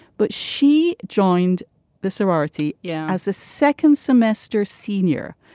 but she joined the sorority yeah as a second semester senior.